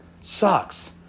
sucks